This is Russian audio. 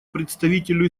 представителю